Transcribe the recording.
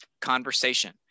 conversation